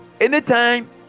anytime